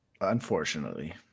unfortunately